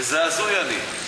איזה הזוי אני,